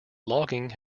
logging